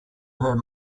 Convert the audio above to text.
her